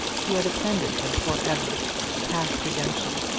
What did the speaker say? he had offended her for ever past redemption.